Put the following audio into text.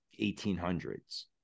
1800s